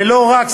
ולא רק,